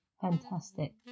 Fantastic